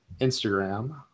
Instagram